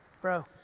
Bro